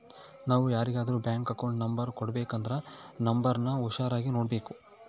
ನಾವು ಯಾರಿಗಾದ್ರೂ bank account number ಕೊಡಬೇಕಂದ್ರ ನೋಂಬರ್ನ ಹುಷಾರಾಗಿ ನೋಡ್ಬೇಕು